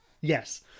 Yes